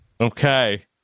Okay